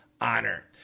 honor